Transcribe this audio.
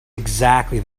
exactly